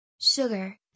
Sugar